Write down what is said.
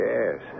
Yes